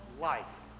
life